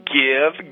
give